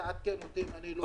תעדכן אותי אם אני לא טועה.